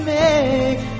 make